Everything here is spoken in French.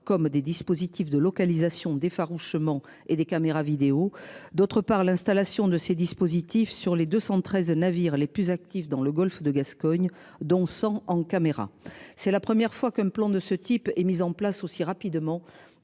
comme des dispositifs de localisation d'effarouchement, et des caméras vidéo. D'autre part l'installation de ces dispositifs sur les 213 navires les plus actifs dans le Golfe de Gascogne. Dont 100 en caméra. C'est la première fois qu'un plan de ce type et mis en place aussi rapidement.